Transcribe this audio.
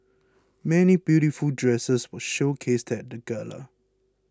many beautiful dresses were showcased at the gala